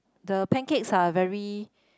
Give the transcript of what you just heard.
the pancakes are very